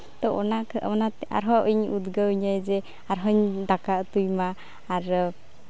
ᱛᱳ ᱚᱱᱟ ᱚᱱᱟᱛᱮ ᱟᱨᱦᱚᱸ ᱤᱧ ᱩᱫᱽᱜᱟᱹᱣ ᱤᱧᱟᱹᱭ ᱡᱮ ᱟᱨᱦᱚᱸᱧ ᱫᱟᱠᱟ ᱩᱛᱩᱭ ᱢᱟ ᱟᱨ